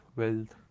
wealth